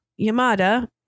Yamada